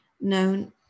known